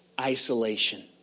Isolation